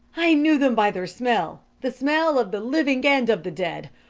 i knew them by their smell, the smell of the living and of the dead.